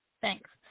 thanks